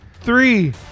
Three